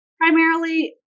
primarily